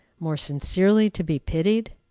more sincerely to be pitied?